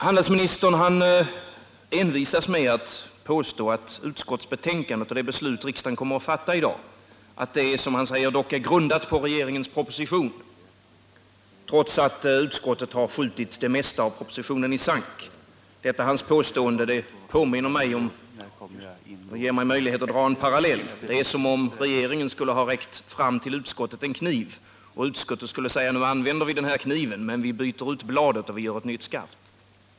Handelsministern envisas med att påstå att utskottsbetänkandet och det beslut riksdagen kommer att fatta i dag dock grundar sig på regeringens proposition, trots att utskottet skjutit det mesta av propositionen i sank. Detta hans påstående ger mig en möjlighet att dra en parallell. Det är som om regeringen skulle ha räckt fram en kniv till utskottet och utskottet då skulle ha sagt: Nu använder vi den här kniven, men vi byter ut bladet och gör ett nytt skaft.